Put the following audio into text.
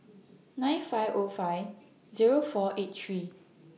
nine five O five Zero four eight three